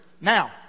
Now